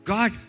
God